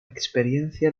experiencia